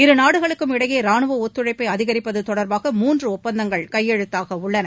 இரு நாடுகளுக்கும் இடையே ரானுவ ஒத்துழைப்பை அதிகரிப்பது தொடர்பாக மூன்று ஒப்பந்தங்கள் கையெழுத்தாகவுள்ளன